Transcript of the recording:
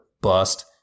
bust